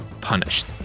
punished